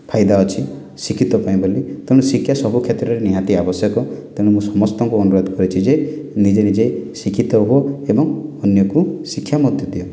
ଫାଇଦା ଅଛି ଶିକ୍ଷିତ ପାଇଁ ବୋଲି ତେଣୁ ଶିକ୍ଷା ସବୁ କ୍ଷେତ୍ରରେ ନିହାତି ଆବଶ୍ୟକ ତେଣୁ ମୁଁ ସମସ୍ତକୁ ଅନୁରୋଧ କରିଛି ଯେ ନିଜେ ନିଜେ ଶିକ୍ଷିତ ହୁଅ ଏବଂ ଅନ୍ୟକୁ ଶିକ୍ଷା ମଧ୍ୟ ଦିଅ